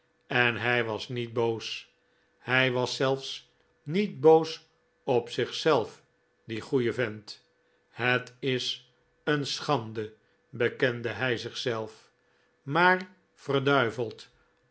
en hij was niet boos hij was zelfs niet boos op zichzelf die goeie vent het is een schande bekencle hij zichzelf maar